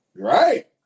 Right